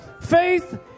Faith